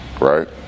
Right